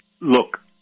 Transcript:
look